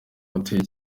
hotel